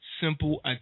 simple